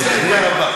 ונכדים.